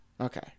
Okay